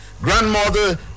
grandmother